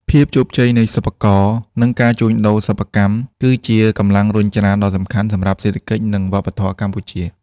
ភាពជោគជ័យនៃសិប្បករ និងការជួញដូរសិប្បកម្ម គឺជាកម្លាំងរុញច្រានដ៏សំខាន់សម្រាប់សេដ្ឋកិច្ច និងវប្បធម៌កម្ពុជា។